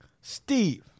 Steve